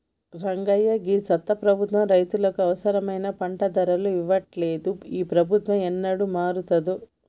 రంగయ్య గీ చెత్త ప్రభుత్వం రైతులకు అవసరమైన పంట ధరలు ఇయ్యట్లలేదు, ఈ ప్రభుత్వం ఏనాడు మారతాదో